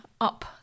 up